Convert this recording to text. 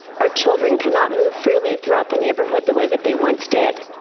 our children cannot move freely throughout the neighborhood the way that they once did.